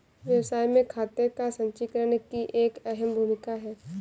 व्यवसाय में खाते का संचीकरण की एक अहम भूमिका है